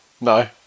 no